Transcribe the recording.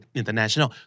international